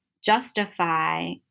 justify